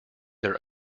their